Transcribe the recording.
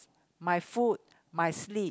my food my sleep